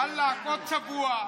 ואללה, עוד צבוע,